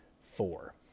four